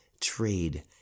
trade